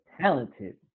talented